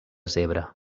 zebra